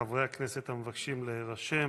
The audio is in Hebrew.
חברי הכנסת המבקשים להירשם